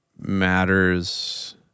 matters